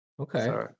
Okay